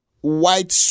white